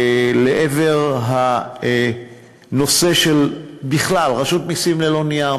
לעבר הנושא של בכלל רשות מסים ללא נייר,